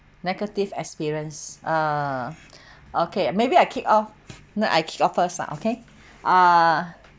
negative experience uh okay maybe I kick off I kick off first ah okay ah